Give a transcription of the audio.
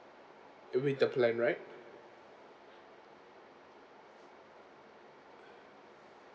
within the plan right